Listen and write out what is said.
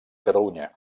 catalunya